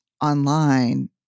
online